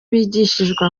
bigishijwe